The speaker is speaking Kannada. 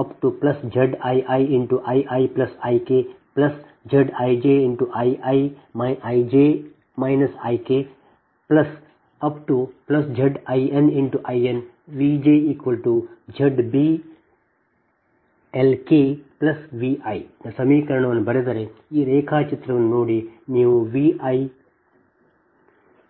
ನ ಸಮೀಕರಣವನ್ನು ಬರೆದರೆ ಈ ರೇಖಾಚಿತ್ರವನ್ನು ನೋಡಿ ನೀವು V i